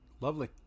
Lovely